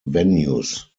venues